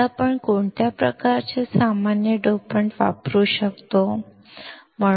आता आपण कोणत्या प्रकारचे सामान्य डोपंट वापरू शकतो